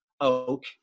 oak